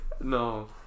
No